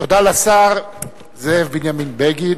תודה לשר זאב בנימין בגין.